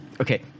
okay